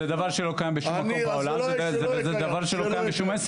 זה דבר שלא קיים בשום מקום בעולם.